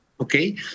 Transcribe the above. okay